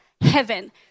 heaven